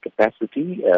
capacity